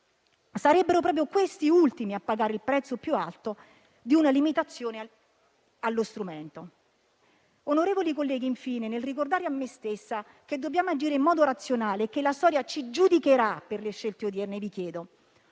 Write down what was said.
Sarebbero proprio questi ultimi a pagare il prezzo più alto di una limitazione allo strumento. Onorevoli colleghi, infine, nel ricordare a me stessa che dobbiamo agire in modo razionale e che la storia ci giudicherà per le scelte odierne, vi chiedo